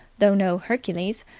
though no hercules,